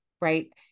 right